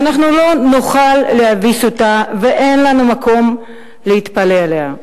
ואנחנו לא נוכל להביס אותה ואין לנו מקום להתפלא עליה.